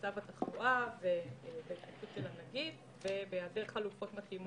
במצב התחלואה ובהתפתחות של הנגיף והעדר חלופות מתאימות.